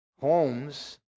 homes